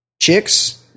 chicks